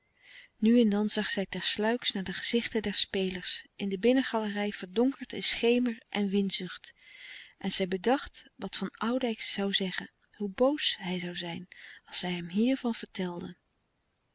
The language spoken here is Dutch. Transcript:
nu en dan zag zij ter sluiks naar de gezichten der spelers in de binnengalerij verdonkerd in schemer en winzucht en zij bedacht wat van oudijck zoû zeggen hoe boos hij zoû zijn als zij hem hiervan vertelde